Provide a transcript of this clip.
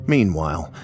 Meanwhile